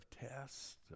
tests